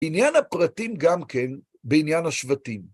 עניין הפרטים גם כן, בעניין השבטים.